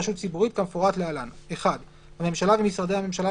"רשות ציבורית" כמפורט להלן: (1)הממשלה ומשרדי הממשלה,